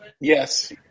Yes